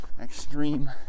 extreme